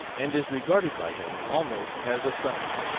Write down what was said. and is regarded by him almost as a son.